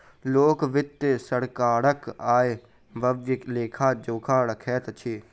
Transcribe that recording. लोक वित्त सरकारक आय व्ययक लेखा जोखा रखैत अछि